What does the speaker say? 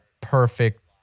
perfect